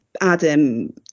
Adam